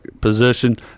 position